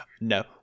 No